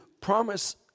promise